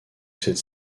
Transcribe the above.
cette